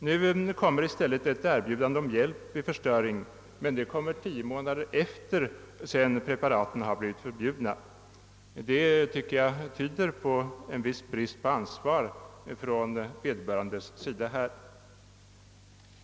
Nu kommer i stället ett erbjudande om hjälp med förstöringen — men det kommer tio månader efter det preparaten blivit förbjudna. Det tyder på en viss brist på ansvar hos vederbörande myndighet.